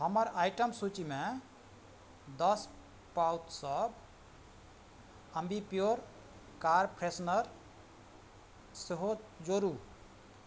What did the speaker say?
हमर आइटम सूचिमे दस पाउचसब अम्बिप्योर कार फ्रेशनर सेहो जोड़ू